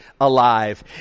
alive